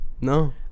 No